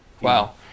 Wow